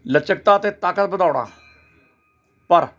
ਲਚਕਤਾ ਅਤੇ ਤਾਕਤ ਵਧਾਉਣਾ ਪਰ